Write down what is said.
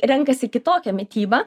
renkasi kitokią mitybą